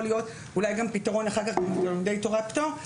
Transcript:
להיות גם פתרון ללומדי התורה בפטור,